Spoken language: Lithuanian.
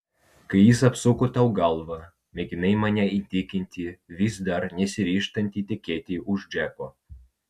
kai jis apsuko tau galvą mėginai mane įtikinti vis dar nesiryžtanti tekėti už džeko